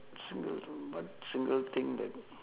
single thing what single thing that